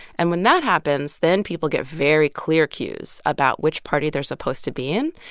and when that happens, then people get very clear cues about which party they're supposed to be in,